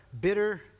bitter